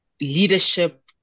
leadership